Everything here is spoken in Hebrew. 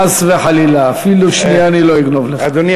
חס וחלילה, אפילו שנייה אני לא אגנוב לך.